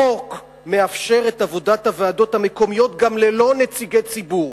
החוק מאפשר את עבודת הוועדות המקומיות גם ללא נציגי ציבור,